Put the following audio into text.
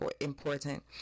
important